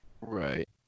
Right